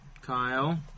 Kyle